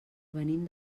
venim